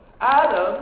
Adam